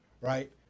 right